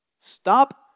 Stop